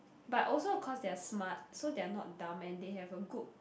but also cause they're smart so they are not dumb and they have a good